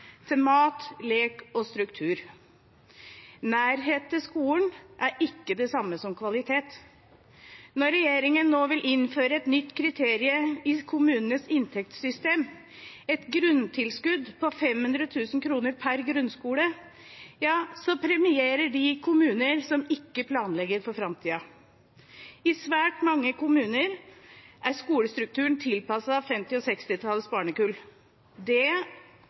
til mat, lek og struktur. Nærhet til skolen er ikke det samme som kvalitet. Når regjeringen nå vil innføre et nytt kriterium i kommunenes inntektssystem – et grunntilskudd på 500 000 kr per grunnskole – ja, da premierer de kommuner som ikke planlegger for framtiden. I svært mange kommuner er skolestrukturen tilpasset 1950- og 1960-tallets barnekull. Det